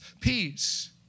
peace